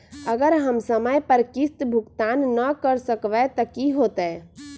अगर हम समय पर किस्त भुकतान न कर सकवै त की होतै?